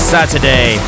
Saturday